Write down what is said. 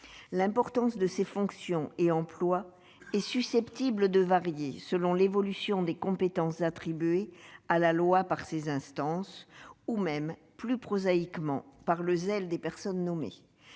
L'importance de ces fonctions et emplois est susceptible de varier selon l'évolution des compétences attribuées par la loi à ces instances, ou même, plus prosaïquement, en fonction du zèle des personnes nommées.